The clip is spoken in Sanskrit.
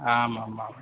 आम् आमाम्